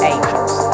Angels